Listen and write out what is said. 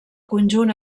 conjunt